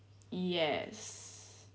yes